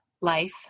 life